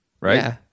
right